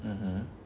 mmhmm